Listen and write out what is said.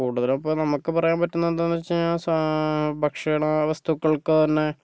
കൂടുതലും ഇപ്പോൾ നമുക്ക് പറയാൻ പറ്റുന്നത് എന്താ എന്ന് വെച്ച് കഴിഞ്ഞാൽ ഭക്ഷണ വസ്തുക്കൾക്ക് തന്നെ